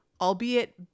albeit